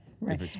Right